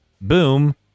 boom